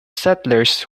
settlers